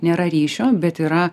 nėra ryšio bet yra